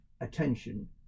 attention